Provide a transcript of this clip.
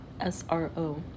SRO